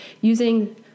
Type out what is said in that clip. using